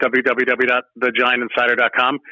www.thegiantinsider.com